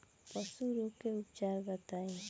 पशु रोग के उपचार बताई?